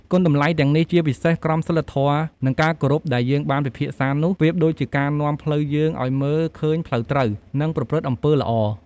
គុណតម្លៃទាំងនេះ ជាពិសេសក្រមសីលធម៌ និងការគោរពដែលយើងបានពិភាក្សានោះ ប្រៀបដូចជាការនាំផ្លូវយើងឲ្យមើលឃើញផ្លូវត្រូវ និងប្រព្រឹត្តអំពើល្អ។